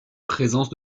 présence